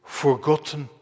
forgotten